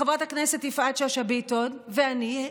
חברת הכנסת יפעת שאשא ביטון ואני,